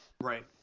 Right